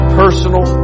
personal